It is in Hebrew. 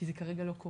כי זה כרגע לא קורה.